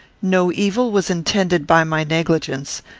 no evil was intended by my negligence,